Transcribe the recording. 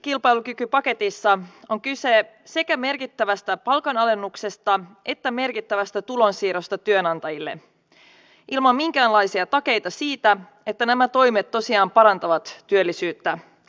hallituksen hintakilpailukykypaketissa on kyse sekä merkittävästä palkan alennuksesta että merkittävästä tulonsiirrosta työnantajille ilman minkäänlaisia takeita siitä että nämä toimet tosiaan parantavat työllisyyttä